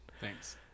Thanks